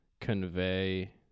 convey